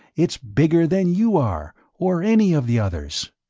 it's bigger than you are, or any of the others.